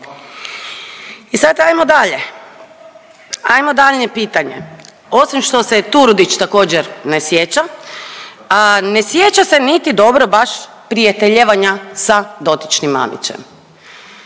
I sad ajmo dalje, ajmo daljnje pitanje. Osim što se Turudić također ne sjeća, a ne sjeća se niti dobro baš prijateljevanja sa dotičnim Mamićem,